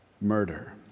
murder